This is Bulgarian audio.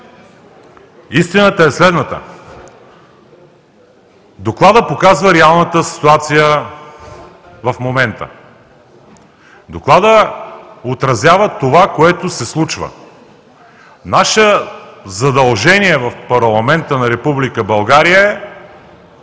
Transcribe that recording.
истината е следната: Докладът показва реалната ситуация в момента. Докладът отразява това, което се случва. Наше задължение в парламента на Република България е